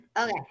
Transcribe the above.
Okay